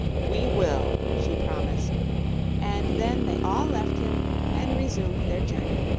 we will, she promised and then they all left him and resumed their journey.